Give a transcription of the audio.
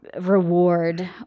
reward